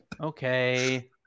Okay